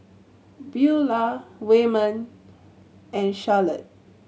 Buelah Wayman and Charolette